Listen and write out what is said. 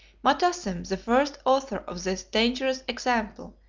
motassem, the first author of this dangerous example,